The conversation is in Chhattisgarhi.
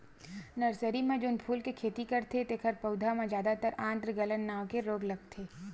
नरसरी म जउन फूल के खेती करथे तेखर पउधा म जादातर आद्र गलन नांव के रोग लगथे